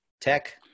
tech